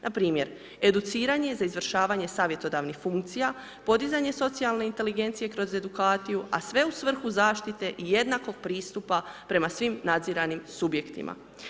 Npr. educiranje za izvršavanje savjetodavnih funkcija, podizanje socijalne inteligencije kroz edukaciju a sve u svrhu zaštite i jednakog pristupa prema svim nadziranim subjektima.